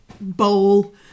bowl